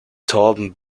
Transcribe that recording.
torben